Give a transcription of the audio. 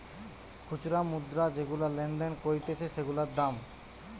খুচরা মুদ্রা যেগুলা লেনদেন করতিছে সেগুলার দাম